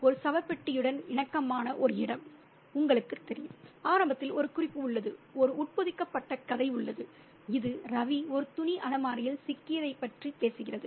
ஒரு சவப்பெட்டியுடன் இணக்கமான ஒரு இடம் உங்களுக்குத் தெரியும் ஆரம்பத்தில் ஒரு குறிப்பு உள்ளது ஒரு உட்பொதிக்கப்பட்ட கதை உள்ளது இது ரவி ஒரு துணி அலமாரியில் சிக்கியதைப் பற்றி பேசுகிறது